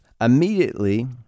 immediately